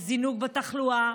יש זינוק בתחלואה,